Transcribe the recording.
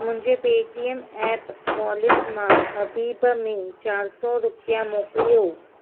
मुंहिंजे Paytm app wallet मां हबीब में चारि सौ रुपिया मोकिलियो